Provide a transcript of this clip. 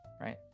Right